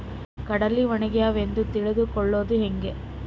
ಕಡಲಿ ಒಣಗ್ಯಾವು ಎಂದು ತಿಳಿದು ಕೊಳ್ಳೋದು ಹೇಗೆ?